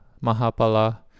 Mahapala